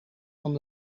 van